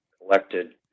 collected